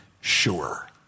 sure